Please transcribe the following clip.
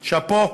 שאפו.